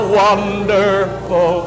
wonderful